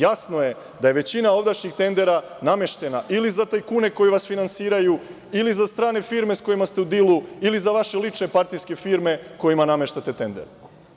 Jasno je da je većina ovdašnjih tendera nameštena ili za tajkune koji vas finansiraju ili za strane firme sa kojima ste u dilu ili za vaše lične partijske firme kojima nameštate tendere.